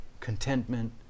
contentment